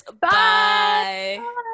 bye